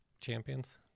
champions